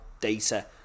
data